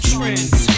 Trends